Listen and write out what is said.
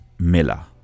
Miller